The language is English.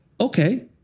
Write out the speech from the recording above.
okay